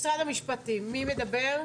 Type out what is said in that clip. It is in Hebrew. משרד המשפטים, מי מדבר?